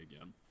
again